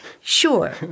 Sure